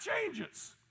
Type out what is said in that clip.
changes